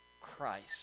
Christ